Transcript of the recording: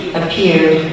appeared